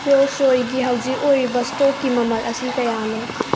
rules ꯔꯣꯏꯒꯤ ꯍꯧꯖꯤꯛ ꯑꯣꯏꯔꯤꯕ ꯏꯁꯇꯣꯛꯀꯤ ꯃꯃꯜ ꯑꯁꯤ ꯀꯌꯥꯅꯣ